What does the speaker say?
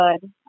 good